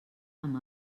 amb